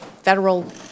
federal